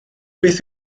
beth